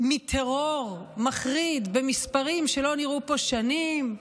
מטרור מחריד במספרים שלא נראו פה שנים?